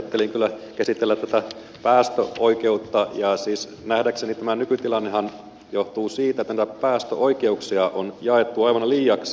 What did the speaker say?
ajattelin kyllä käsitellä tätä päästöoikeutta ja siis nähdäkseni tämä nykytilannehan johtuu siitä että näitä päästöoikeuksia on jaettu aivan liiaksi